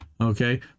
okay